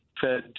Fed